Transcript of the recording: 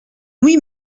oui